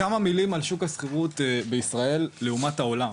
כמה מילים על שוק השכירות בישראל לעומת העולם,